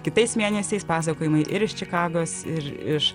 kitais mėnesiais pasakojimai ir iš čikagos ir iš